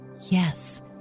yes